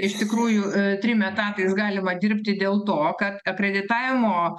iš tikrųjų trim etatais galima dirbti dėl to kad akreditavimo